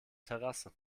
terrasse